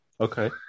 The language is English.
Okay